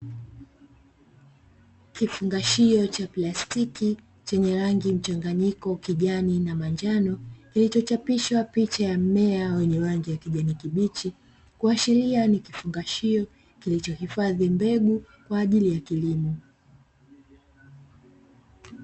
Kifungashio cha plastiki chenye rangi mchanganyiko kijani na manjano, kilichochapisha picha ya mmea wenye rangi ya kijani kibichi kuashiria ni kifungashio kilichohifadhi mbegu kwaajili ya kilimo.